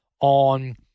on